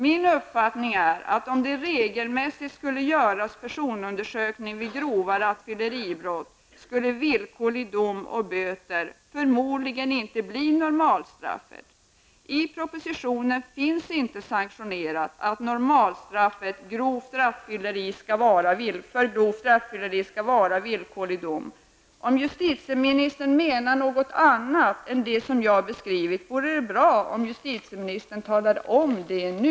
Min uppfattning är att om det regelmässigt skulle göras personundersökningar vid grova rattfylleribrott skulle villkorlig dom och böter förmodligen inte bli normalstraffet. I propositionen finns inte sanktionerat att normalstraffet för grovt rattfylleri skall vara villkorlig dom. Om justitieministern menar något annat än det jag har beskrivit, vore det bra om justitieministern talade om det nu.